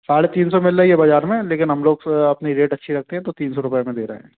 साढ़े तीन सौ मिल रही है बज़ार में लेकिन हम लोग तो अपनी रेट अच्छी रखते हैं तो तीन सौ रुपये में दे रहे हैं